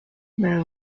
very